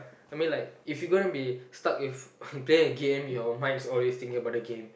I mean like if you going to be stuck with playing with game your mind is always thinking about game